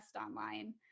online